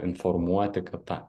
informuoti kad ta